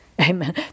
Amen